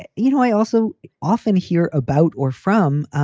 and you know, i also often hear about or from